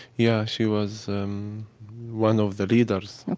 yeah, she was um one of the leaders,